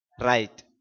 right